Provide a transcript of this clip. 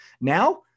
now